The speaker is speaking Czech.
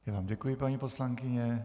Já vám děkuji, paní poslankyně.